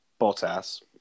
Bottas